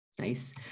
Nice